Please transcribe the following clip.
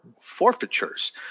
forfeitures